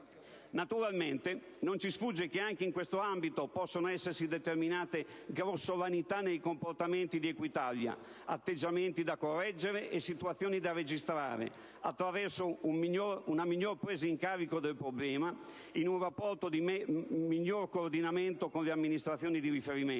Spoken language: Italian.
Naturalmente non ci sfugge che anche in questo ambito possano essersi determinate grossolanità nei comportamenti di Equitalia, atteggiamenti da correggere e situazioni da registrare, attraverso una migliore «presa in carico del problema», in un rapporto di miglior coordinamento con le amministrazioni di riferimento,